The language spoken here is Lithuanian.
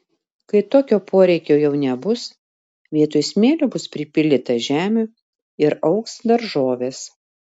kai tokio poreikio jau nebus vietoj smėlio bus pripildyta žemių ir augs daržovės